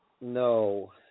No